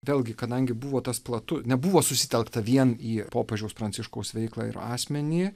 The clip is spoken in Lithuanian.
vėlgi kadangi buvo tas platu nebuvo susitelkta vien į popiežiaus pranciškaus veiklą ir asmenį